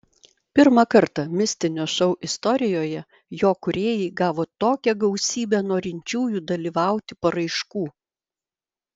pirmą kartą mistinio šou istorijoje jo kūrėjai gavo tokią gausybę norinčiųjų dalyvauti paraiškų